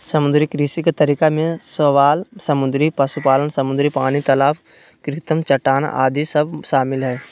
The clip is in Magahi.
समुद्री कृषि के तरीका में शैवाल समुद्री पशुपालन, समुद्री पानी, तलाब कृत्रिम चट्टान आदि सब शामिल हइ